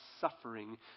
suffering